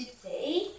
today